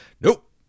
Nope